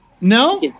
no